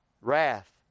Wrath